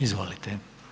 Izvolite.